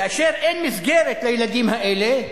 כאשר אין מסגרת לילדים האלה,